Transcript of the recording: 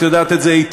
את יודעת את זה היטב,